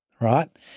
right